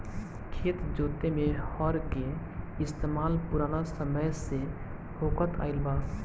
खेत जोते में हर के इस्तेमाल पुरान समय से होखत आइल बा